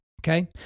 Okay